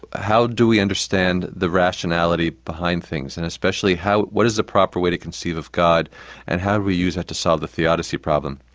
how do we understand the rationality behind things, and especially what is the proper way to conceive of god and how do we use that to solve the theodicy problem?